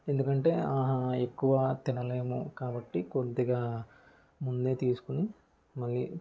ఎందుకంటే ఆహా ఎక్కువ తినలేము కాబట్టి కొద్దిగా ముందే తీసుకొని మళ్ళీ